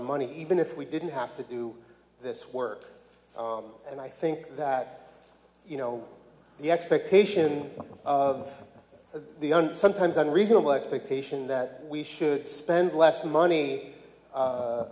of money even if we didn't have to do this work and i think that you know the expectation of a sometimes unreasonable expectation that we should spend less money